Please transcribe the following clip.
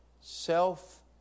self